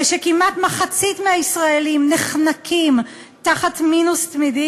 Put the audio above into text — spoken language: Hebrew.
ושכמעט מחצית מהישראלים נחנקים תחת מינוס תמידי